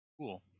Cool